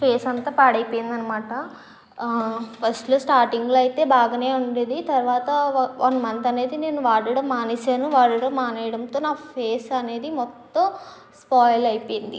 face అంతా పాడైపోయింది అన్నమాట ఫస్ట్లో స్టాటింగ్లో అయితే బాగానే ఉండేది తర్వాత వన్ మంత్ అనేది నేను వాడడం మానేశాను వాడడం మానేయడంతో నా ఫేస్ అనేది మొత్తం స్పాయిల్ అయిపోయింది